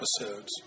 episodes